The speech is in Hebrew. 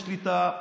יש לי את הפירות,